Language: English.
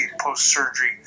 post-surgery